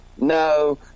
No